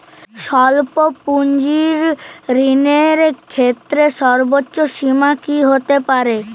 স্বল্প পুঁজির ঋণের ক্ষেত্রে সর্ব্বোচ্চ সীমা কী হতে পারে?